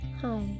Hi